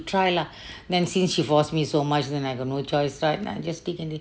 try lah then since she force me so much that I got no choice right then I just take and dig